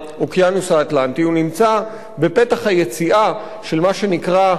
הוא נמצא בפתח היציאה של מה שנקרא "המסוע האטלנטי",